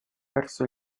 perso